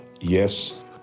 Yes